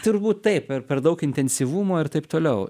turbūt taip per daug intensyvumo ir taip toliau